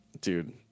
dude